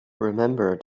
remember